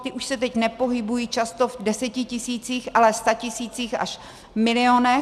Ty už se teď nepohybují často v desetitisících, ale statisících až milionech.